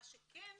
מה שכן,